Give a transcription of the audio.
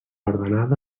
ordenada